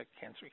Cancer